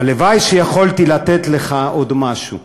הלוואי שיכולתי לתת לך עוד משהו,